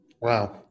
Wow